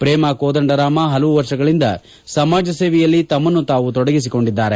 ಪ್ರೇಮ ಕೋದಂಡರಾಮ ಹಲವು ವರ್ಷಗಳಿಂದ ಸಮಾಜ ಸೇವೆಯಲ್ಲಿ ತಮ್ಮನ್ನು ತಾವು ತೊಡಗಿಸಿಕೊಂಡಿದ್ದಾರೆ